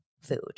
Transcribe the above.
food